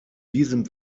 diesem